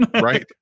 right